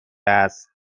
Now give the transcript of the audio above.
است